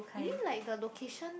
you mean like the location